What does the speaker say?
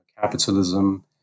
capitalism